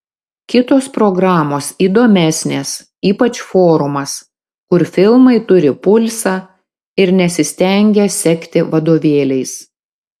kitos programos įdomesnės ypač forumas kur filmai turi pulsą ir nesistengia sekti vadovėliais